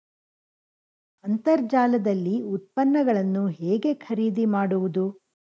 ಅಂತರ್ಜಾಲದಲ್ಲಿ ಉತ್ಪನ್ನಗಳನ್ನು ಹೇಗೆ ಖರೀದಿ ಮಾಡುವುದು?